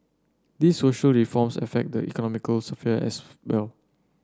these social reforms affect the economic sphere as well